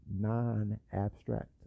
non-abstract